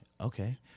Okay